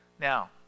Now